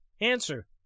answer